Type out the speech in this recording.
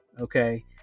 Okay